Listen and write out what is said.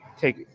take